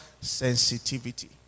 sensitivity